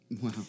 Wow